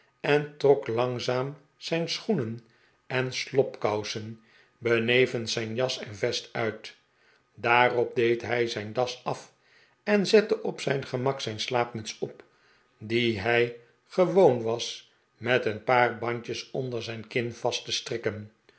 en trok langza'am zijn schoenen en slobkousen benevens zijn jas en vest uit daarop deed hij zijn das af en zette op zijn gemak zijn slaapmuts op die hij gewoon was met een paa'r bandjes onder zijn kin vast te strikken